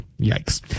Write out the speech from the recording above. yikes